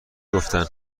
گفتن